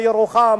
ירוחם,